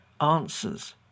answers